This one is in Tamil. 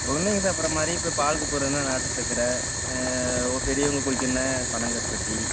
குழந்தைங்க சாப்பிடற மாதிரி இப்போ பாலுக்கு போடுறதுனா நாட்டுச்சக்கரை ஒ பெரியவங்க குடிக்கணுன்னா பனங்கருப்பட்டி